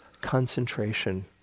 concentration